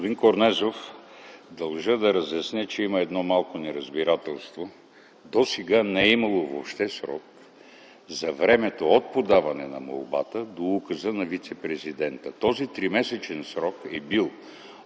Господин Корнезов, дължа да разясня, че има едно малко неразбирателство – досега не е имало въобще срок за времето от подаване на молбата до указа на вицепрезидента. Този тримесечен срок е бил